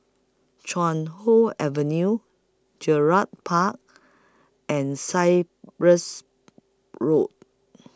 Chuan Hoe Avenue Gerald Park and Cyprus Road